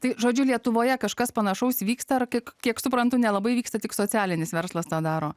tai žodžiu lietuvoje kažkas panašaus vyksta ar tik kiek suprantu nelabai vyksta tik socialinis verslas tą daro